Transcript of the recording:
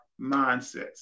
mindsets